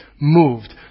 moved